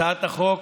הצעת החוק